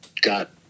got